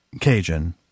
Cajun